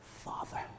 Father